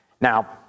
Now